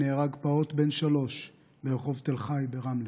נהרג פעוט בן שלוש ברחוב תל חי ברמלה.